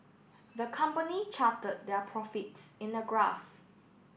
the company charted their profits in a graph